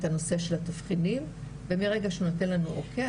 את הנושא של התבחינים ומרגע שהוא נותן לנו אוקי,